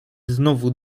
znowu